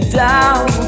down